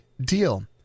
deal